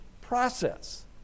process